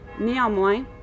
Néanmoins